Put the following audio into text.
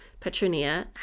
Petronia